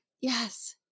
yes